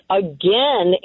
again